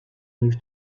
move